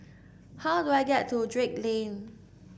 how do I get to Drake Lane